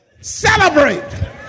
celebrate